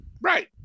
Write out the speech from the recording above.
Right